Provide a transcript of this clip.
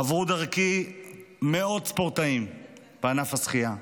עברו דרכי מאות ספורטאים בענף השחייה,